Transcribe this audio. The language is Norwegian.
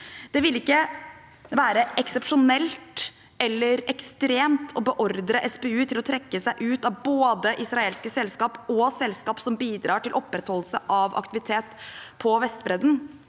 Det vil ikke være eksepsjonelt, eller ekstremt, å beordre SPU til å trekke seg ut av både israelske selskap og selskap som bidrar til opprettholdelse av aktivitet på Vestbredden.